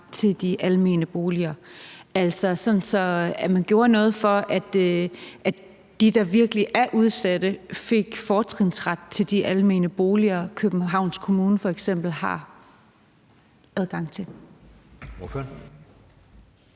til de almene boliger, sådan at man altså gjorde noget for, at de, der virkelig er udsatte, fik fortrinsret til de almene boliger, Københavns Kommune f.eks. har adgang til.